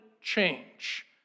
change